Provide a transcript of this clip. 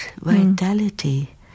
vitality